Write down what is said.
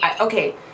okay